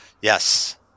Yes